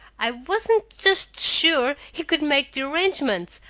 i wasn't just sure he could make the arrangements.